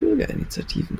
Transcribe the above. bürgerinitiativen